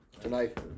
tonight